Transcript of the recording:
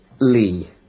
Lee